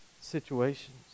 situations